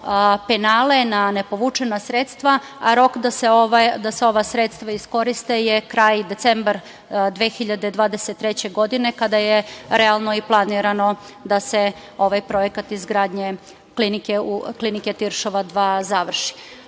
penale na ne povučena sredstva, a rok da se ova sredstva iskoriste je kraj decembra 2023. godine kada je realno i planirano da se ovaj projekat izgradnje Klinike Tiršova 2 završi.Dečija